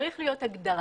צריכה להיות הגדרה.